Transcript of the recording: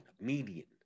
median